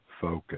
focus